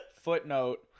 Footnote